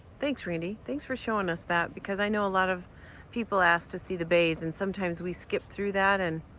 thanks, randy, thanks for showing us that, because i know a lot of people ask to see the bays, and sometimes we skip through that, and